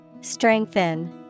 Strengthen